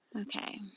Okay